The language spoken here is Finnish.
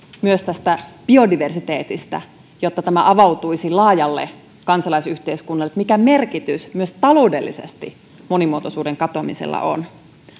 myös biodiversiteeteistä jotta avautuisi laajalle kansalaisyhteiskunnalle mikä merkitys myös taloudellisesti monimuotoisuuden katoamisella on